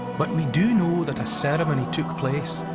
but we do know that a ceremony took place.